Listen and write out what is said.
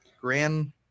Grand